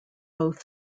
both